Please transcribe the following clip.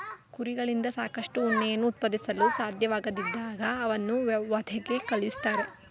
ಕುರಿಗಳಿಂದ ಸಾಕಷ್ಟು ಉಣ್ಣೆಯನ್ನು ಉತ್ಪಾದಿಸಲು ಸಾಧ್ಯವಾಗದಿದ್ದಾಗ ಅವನ್ನು ವಧೆಗೆ ಕಳಿಸ್ತಾರೆ